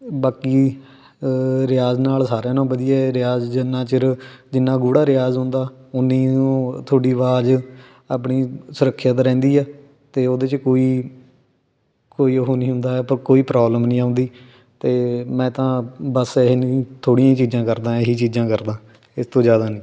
ਬਾਕੀ ਰਿਆਜ਼ ਨਾਲ ਸਾਰਿਆਂ ਨਾਲੋਂ ਵਧੀਆ ਏ ਰਿਆਜ਼ ਜਿੰਨਾਂ ਚਿਰ ਜਿੰਨਾਂ ਗੂੜਾ ਰਿਆਜ਼ ਹੁੰਦਾ ਉਨੀ ਓ ਤੁਹਾਡੀ ਆਵਾਜ਼ ਆਪਣੀ ਸੁਰੱਖਿਅਤ ਰਹਿੰਦੀ ਆ ਅਤੇ ਉਹਦੇ 'ਚ ਕੋਈ ਕੋਈ ਉਹ ਨਹੀਂ ਹੁੰਦਾ ਹੈ ਪਰ ਕੋਈ ਪ੍ਰੋਬਲਮ ਨਹੀਂ ਆਉਂਦੀ ਅਤੇ ਮੈਂ ਤਾਂ ਬਸ ਇਹ ਨੀ ਥੋੜ੍ਹੀ ਚੀਜ਼ਾਂ ਕਰਦਾ ਇਹੀ ਚੀਜ਼ਾਂ ਕਰਦਾ ਇਸ ਤੋਂ ਜ਼ਿਆਦਾ ਨਹੀਂ